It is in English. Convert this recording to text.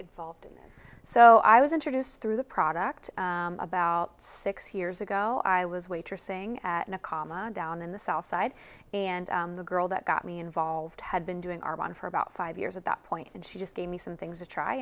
involved in this so i was introduced through the product about six years ago i was waitressing in a comma down in the south side and the girl that got me involved had been doing our on for about five years at that point and she just gave me some things to try